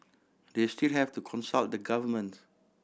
they still have to consult the government